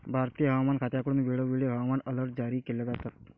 भारतीय हवामान खात्याकडून वेळोवेळी हवामान अलर्ट जारी केले जातात